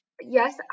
Yes